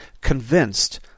convinced